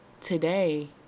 today